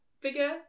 figure